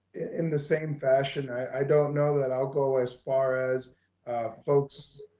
in the same fashion. i don't know that i'll go as far as folks,